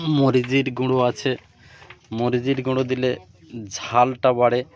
মরিচের গুঁড়ো আছে মরিচের গুঁড়ো দিলে ঝালটা বাড়ে